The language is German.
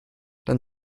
dann